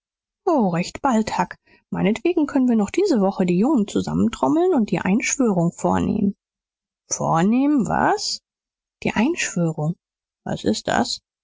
recht bald huck meinetwegen können wir noch diese woche die jungen zusammentrommeln und die einschwörung vornehmen vornehmen was die einschwörung was ist das